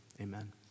amen